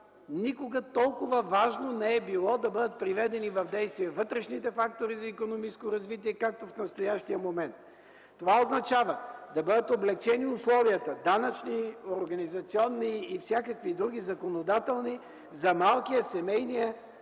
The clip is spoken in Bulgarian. Никога толкова важно не е било да бъдат приведени в действие вътрешните фактори за икономическо развитие, както в настоящия момент. Това означава да бъдат облекчени условията – данъчни, организационни и всякакви други законодателни, за малкия, за семейния,